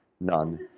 none